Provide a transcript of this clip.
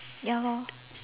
ya lor